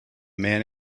man